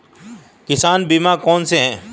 किसान बीमा कौनसे हैं?